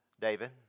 David